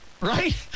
Right